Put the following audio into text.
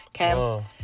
Okay